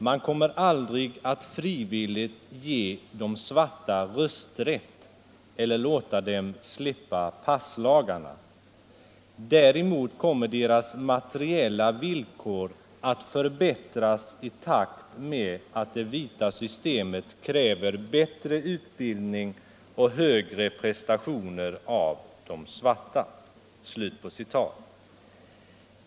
Man kommer aldrig att frivilligt ge de svarta rösträtt eller låta dem slippa passlagarna. Däremot kommer deras materiella villkor att förbättras i takt med att det vita systemet kräver bättre utbildning och högre prestationer av de svarta.